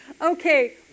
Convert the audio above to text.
Okay